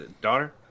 daughter